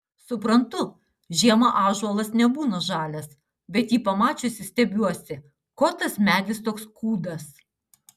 suprantu žiemą ąžuolas nebūna žalias bet jį pamačiusi stebiuosi ko tas medis toks kūdas